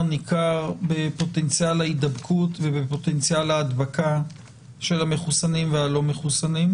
ניכר בפוטנציאל ההידבקות ובפוטנציאל ההדבקה של המחוסנים והלא מחוסנים?